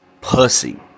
pussy